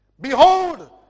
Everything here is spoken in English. Behold